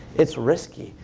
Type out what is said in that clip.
it's risky.